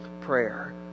prayer